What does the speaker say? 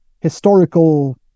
historical